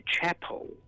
chapel